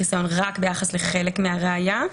או אלימות חמורה המנויה בתוספת הראשונה א' חלק א'